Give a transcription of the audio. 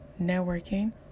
networking